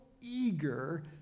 eager